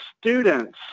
students